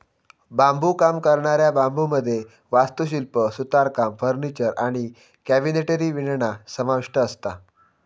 बांबुकाम करणाऱ्या बांबुमध्ये वास्तुशिल्प, सुतारकाम, फर्निचर आणि कॅबिनेटरी विणणा समाविष्ठ असता